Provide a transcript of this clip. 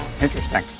Interesting